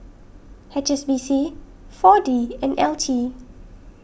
H S B C four D and L T